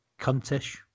cuntish